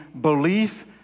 belief